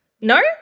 No